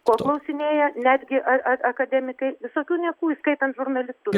ko klausinėja netgi ar a akademikai visokių niekų įskaitant žurnalistus